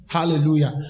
Hallelujah